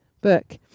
book